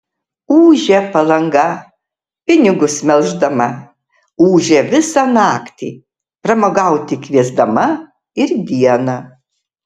ūžia palanga pinigus melždama ūžia visą naktį pramogauti kviesdama ir dieną